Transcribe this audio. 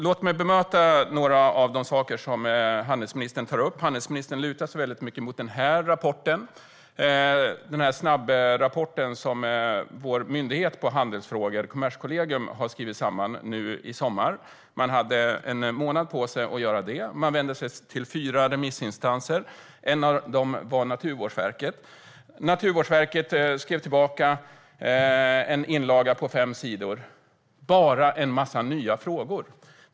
Låt mig bemöta några av de saker som handelsministern tar upp. Hon lutar sig i hög grad mot den rapport jag visar här. Det är en snabbrapport som vår myndighet för handelsfrågor, Kommerskollegium, har skrivit samman nu i sommar. Man hade en månad på sig att göra detta, och man vände sig till fyra remissinstanser. En av dem var Naturvårdsverket, som skrev tillbaka i en inlaga på fem sidor. Det var bara en massa nya frågor.